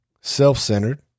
self-centered